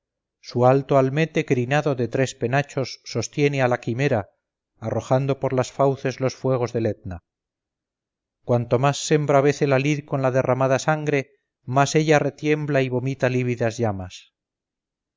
su alto almete crinado de tres penachos sostiene a la quimera arrojando por las fauces los fuegos del etna cuanto más se embravece la lid con la derramada sangre más ella retiembla y vomita lívidas llamas